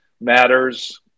matters